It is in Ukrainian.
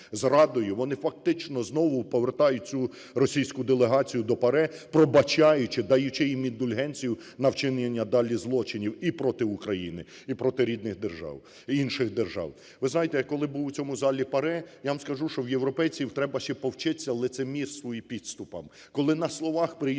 вони фактично знову повертають цю російську делегацію до ПАРЄ, пробачаючи, даючи їм індульгенцію на вчинення далі злочинів і проти України, і проти рідних держав… інших держав. Ви знаєте, я коли був у цьому залі ПАРЄ, я вам скажу, що в європейців треба ще повчиться лицемірству і підступам.